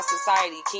Society